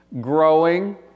growing